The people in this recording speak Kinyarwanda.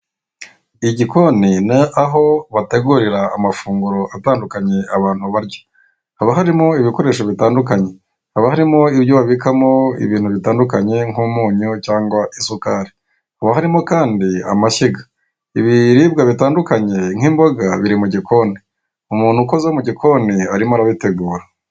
Igikoni ni aho bategurira amafunguro atandukanye abantu barya haba harimo ibikoresho bitandukanye haba harimo ibyo babikamo ibintu bitandikanye nk'umunyu, cyangwa isukari, haba harimo kandi amashyiga ibiribwa bitandukanye nk'imboga biri mu gikoni, umukozi wo mu gikoni arimo arabitegura.